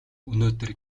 өнөөдөр